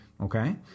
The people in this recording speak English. okay